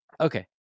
okay